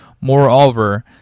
Moreover